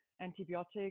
antibiotics